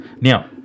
Now